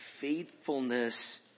faithfulness